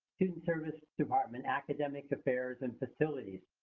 student service department, academic affairs and facilities.